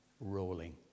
rolling